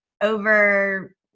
over